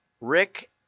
Rick